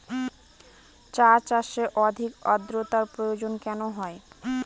চা চাষে অধিক আদ্রর্তার প্রয়োজন কেন হয়?